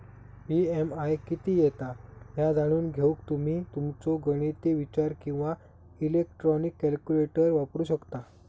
EMI किती येता ह्या जाणून घेऊक तुम्ही तुमचो गणिती विचार किंवा इलेक्ट्रॉनिक कॅल्क्युलेटर वापरू शकता